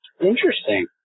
Interesting